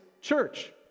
church